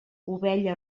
ovella